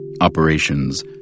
Operations